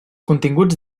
continguts